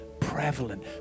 prevalent